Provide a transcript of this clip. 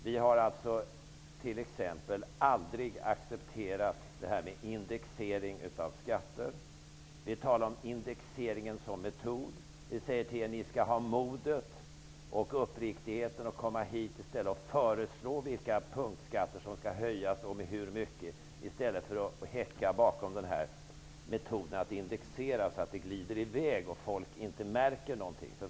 Ny demokrati har t.ex. aldrig accepterat indexering av skatter. Vi talar om indexeringen som metod. Vi säger till er: Ni skall ha modet och uppriktigheten att komma hit till riksdagen och föreslå vilka punktskatter som skall höjas och med hur mycket, i stället för att häcka bakom metoden att indexera så att det glider i väg och folk inte märker någonting.